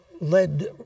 led